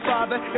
Father